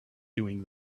doing